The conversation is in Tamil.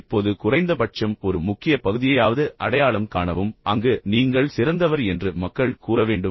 இப்போது குறைந்தபட்சம் ஒரு முக்கிய பகுதியையாவது அடையாளம் காணவும் அங்கு நீங்கள் சிறந்தவர் என்று மக்கள் கூறவேண்டும்